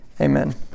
amen